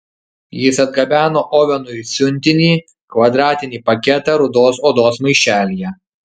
jis atgabeno ovenui siuntinį kvadratinį paketą rudos odos maišelyje